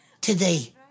today